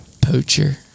poacher